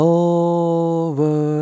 over